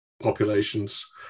populations